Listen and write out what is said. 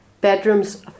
bedrooms